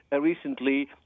recently